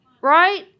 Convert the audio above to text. Right